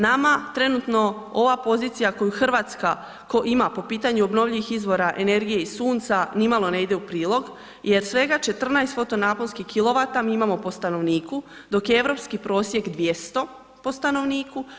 Nama trenutno ova pozicija koju Hrvatska ima po pitanju obnovljivih izvora energije i sunca nimalo ne ide u prilog jer svega 14 fotonaponskih kW mi imamo po stanovniku, dok je europski prosjek 200 po stanovniku.